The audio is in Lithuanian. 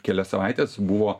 kelias savaites buvo